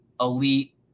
elite